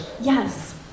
yes